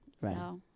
Right